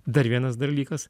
dar vienas dalykas